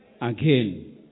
again